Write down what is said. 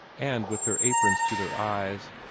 and with their aprons to their eyes,